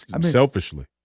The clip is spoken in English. selfishly